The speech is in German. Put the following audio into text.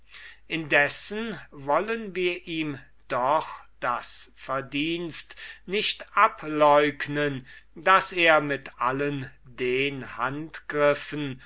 indessen wollen wir ihm doch hiemit das verdienst nicht ableugnen daß er mit allen den